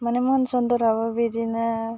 माने मनसुनफोरावबो बिदिनो